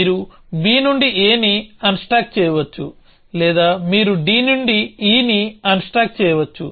మీరు b నుండి aని అన్స్టాక్ చేయవచ్చు లేదా మీరు d నుండి e ని అన్స్టాక్ చేయవచ్చు